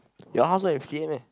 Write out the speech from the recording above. your house don't have fifty eight meh